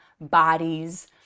bodies